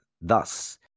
Thus